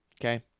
okay